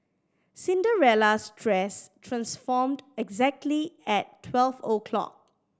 Cinderella's dress transformed exactly at twelve o'clock